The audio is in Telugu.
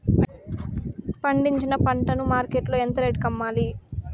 పండించిన పంట ను మార్కెట్ లో ఎంత రేటుకి అమ్మాలి?